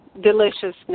deliciousness